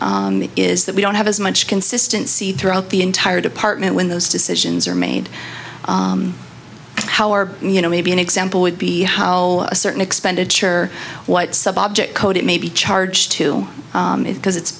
is that we don't have as much consistency throughout the entire department when those decisions are made how are you know maybe an example would be how a certain expenditure what subject code it may be charged to because it's